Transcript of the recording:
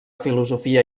filosofia